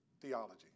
theology